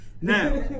Now